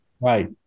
right